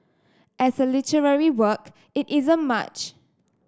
as a literary work it isn't much